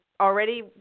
already